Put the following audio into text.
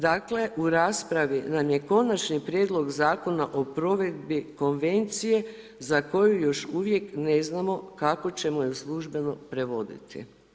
Dakle, u raspravi nam je konačni prijedlog o provedbi Konvencije za koju još uvijek ne znam kako ćemo je službeno prevoditi.